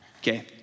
Okay